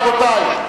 רבותי,